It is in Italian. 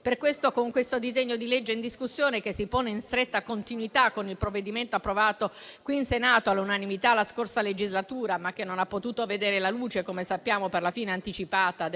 Per questo, con il disegno di legge in discussione, che si pone in stretta continuità con il provvedimento approvato qui in Senato all'unanimità la scorsa legislatura, ma che non ha potuto vedere la luce, come sappiamo, per la sua fine anticipata,